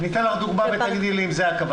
אני אתן לך דוגמה ותגידי לי אם זאת הכוונה.